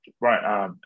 right